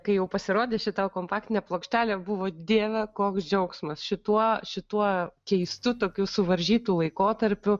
kai jau pasirodė šita kompaktinė plokštelė buvo dieve koks džiaugsmas šituo šituo keistu tokiu suvaržytu laikotarpiu